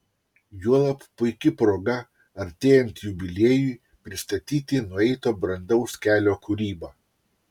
juolab puiki proga artėjant jubiliejui pristatyti nueito brandaus kelio kūrybą